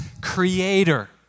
creator